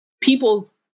people's